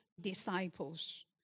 disciples